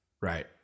right